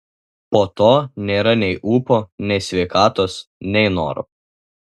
po to nėra nei ūpo nei sveikatos nei noro